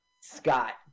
Scott